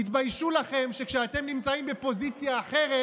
תתביישו לכם שכשאתם נמצאים בפוזיציה אחרת,